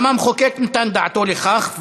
גם המחוקק נתן דעתו על כך,